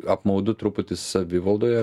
apmaudu truputį savivaldoje